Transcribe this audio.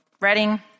Reading